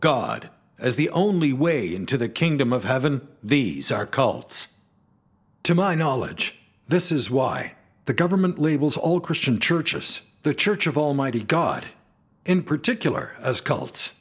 god as the only way into the kingdom of heaven these are cults to my knowledge this is why the government labels all christian churches the church of almighty god in particular as cult